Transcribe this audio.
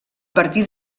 partir